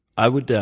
i would